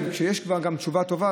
וכשכבר יש גם תשובה טובה,